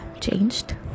changed